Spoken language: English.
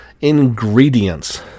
Ingredients